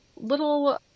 little